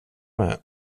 med